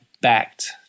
backed